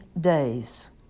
days